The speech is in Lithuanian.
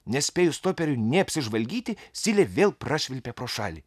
nespėjus toperiui nė apsižvalgyti silė vėl prašvilpė pro šalį